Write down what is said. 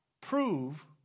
prove